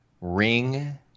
Ring